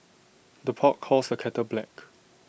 the pot calls the kettle black